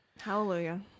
Hallelujah